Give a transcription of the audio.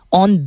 on